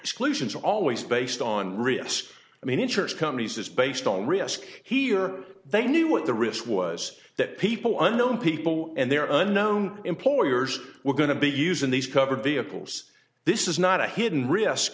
solutions always based on risk i mean insurance companies it's based on risk here they knew what the risk was that people i know in people and their unknown employers were going to be using these covered vehicles this is not a hidden risk